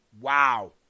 Wow